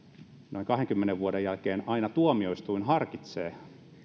noin kahdenkymmenen vuoden jälkeen aina tuomioistuin harkitsee